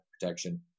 protection